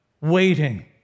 waiting